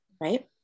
right